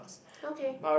okay